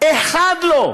אחד לא.